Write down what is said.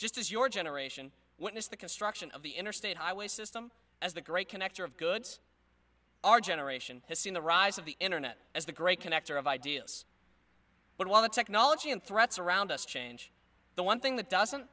just as your generation witnessed the construction of the interstate highway system as the great connector of goods our generation has seen the rise of the internet as the great connector of ideas but while the technology and threats around us change the one thing that doesn't